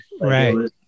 Right